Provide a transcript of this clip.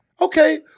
Okay